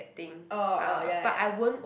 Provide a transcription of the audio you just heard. orh orh ya ya ya